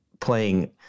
playing